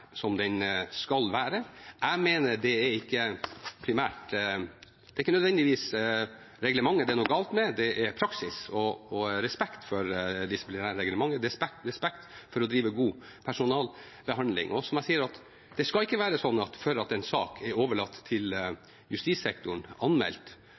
som den skal være. Jeg mener det primært ikke nødvendigvis er reglementet det er noe galt med – det handler om praksis og respekt for disiplinærreglementet, og respekt for å drive god personalbehandling. Og som jeg sier: Det skal ikke være slik at fordi en sak er overlatt til justissektoren og anmeldt,